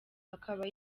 akaba